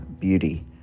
Beauty